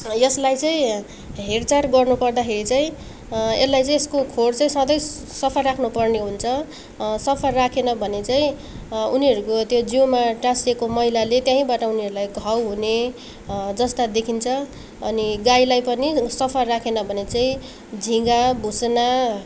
यसलाई चाहिँ हेरचाह गर्नु पर्दाखेरि चाहिँ यसलाई चाहिँ यसको खोर चाहिँ सधैँ सफा राख्नुपर्ने हुन्छ सफा राखेन भने चाहिँ उनीहरूको त्यो जिउमा टास्सेको मैलाले त्यहीँबाट उनीहरूलाई घाउ हुने जस्ता देखिन्छ अनि गाईलाई पनि सफा राखेन भने चाहिँ झिँगा भुसुना